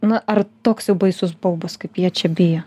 na ar toks jau baisus baubas kaip jie čia bijo